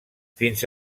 fins